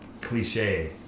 cliche